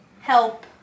help